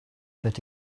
but